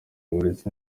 uburezi